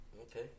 Okay